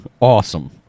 Awesome